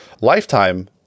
lifetime